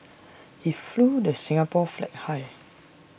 he flew the Singapore flag high